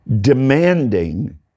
demanding